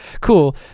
cool